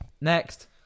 next